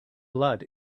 blood